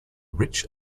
rich